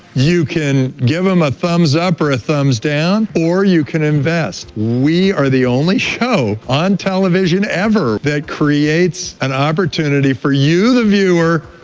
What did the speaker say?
you can give em a thumbs up or a thumbs down, or you can invest. we are the only show on television ever that creates an opportunity for you, the viewer,